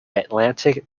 atlantic